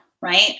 right